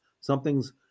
Something's